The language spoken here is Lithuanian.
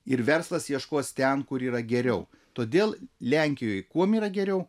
ir verslas ieškos ten kur yra geriau todėl lenkijoj kuom yra geriau